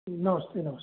नमस्ते नमस्ते